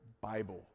Bible